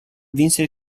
vinse